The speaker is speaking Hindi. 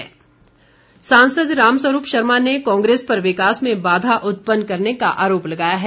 राम स्वरूप सांसद राम स्वरूप शर्मा ने कांग्रेस पर विकास में बाधा उत्पन्न करने का आरोप लगाया है